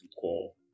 call